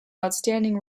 outstanding